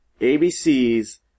ABC's